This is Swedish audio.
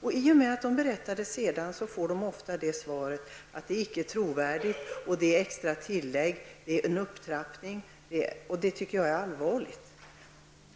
När kvinnan senare berättar vad hon utsatts för får hon ofta svaret att hennes berättelse inte är trovärdig, att den innebär ett extra tillägg eller en upptrappning. Jag anser att detta är mycket allvarligt.